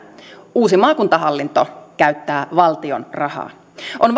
uusi maakuntahallinto käyttää valtion rahaa on